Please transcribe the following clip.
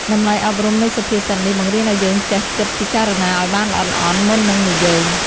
តម្លៃអប់រំនៃសុភាសិតនេះបង្រៀនឱ្យយើងចេះគិតពិចារណាឱ្យបានល្អិតល្អន់មុននឹងនិយាយ។